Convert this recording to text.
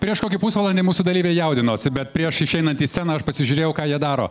prieš kokį pusvalandį mūsų dalyviai jaudinosi bet prieš išeinant į sceną aš pasižiūrėjau ką jie daro